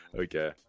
okay